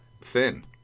thin